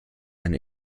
and